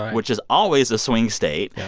which is always a swing state.